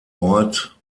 ort